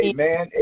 Amen